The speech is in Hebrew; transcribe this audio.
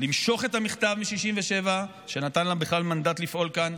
למשוך את המכתב מ-67' שנתן לה בכלל מנדט לפעול כאן,